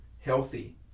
healthy